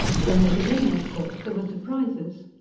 from the beginning, of course, there were surprises.